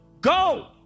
go